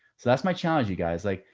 so that's my challenge. you guys like,